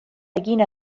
egin